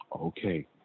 okay